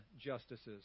justices